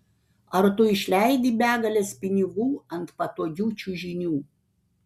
ar tu išleidi begales pinigų ant patogių čiužinių